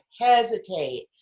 hesitate